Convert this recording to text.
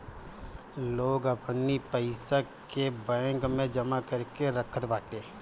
लोग अपनी पईसा के बैंक में जमा करके रखत बाटे